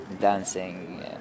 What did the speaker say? dancing